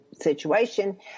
situation